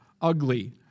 ugly